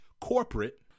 corporate